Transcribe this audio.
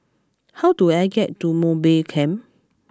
how do I get to Mowbray Camp